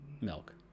milk